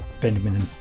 Benjamin